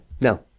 no